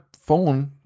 phone